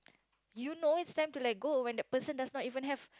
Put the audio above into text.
you know it's time to let go when that person does not even have